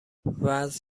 وزن